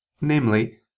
namely